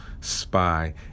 spy